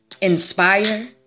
inspire